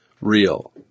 real